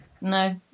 No